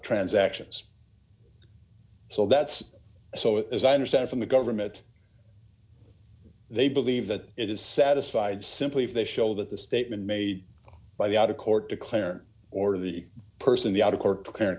transactions so that's so as i understand from the government they believe that it is satisfied simply if they show that the statement made by the out of court declared or the person the out of court